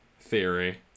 theory